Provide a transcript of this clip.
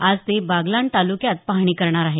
आज ते बागलाण तालुक्यात पाहणी करणार आहेत